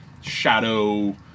shadow